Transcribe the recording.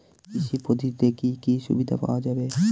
কৃষি পদ্ধতিতে কি কি সুবিধা পাওয়া যাবে?